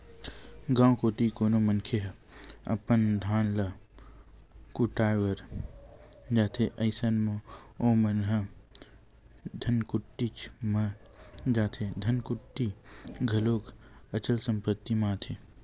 गाँव कोती कोनो मनखे ह अपन धान ल कुटावय बर जाथे अइसन म ओमन ह धनकुट्टीच म जाथे धनकुट्टी घलोक अचल संपत्ति म आथे